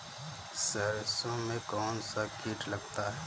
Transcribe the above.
सरसों में कौनसा कीट लगता है?